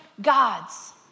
God's